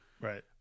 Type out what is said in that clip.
right